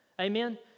Amen